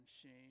shame